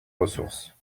ressources